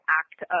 act